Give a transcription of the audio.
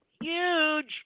huge